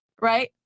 right